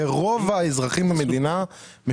ורוב האזרחים במדינה,